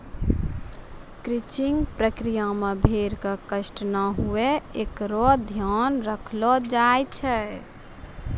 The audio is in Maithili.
क्रचिंग प्रक्रिया मे भेड़ क कष्ट नै हुये एकरो ध्यान रखलो जाय छै